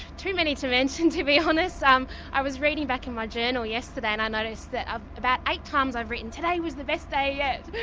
too many to mention, to be honest. i was reading back in my journal yesterday and i noticed that ah about eight times i've written today was the best day yet!